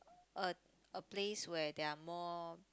a a place where there're more